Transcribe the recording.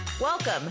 Welcome